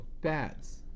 Bats